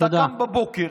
אתה קם בבוקר,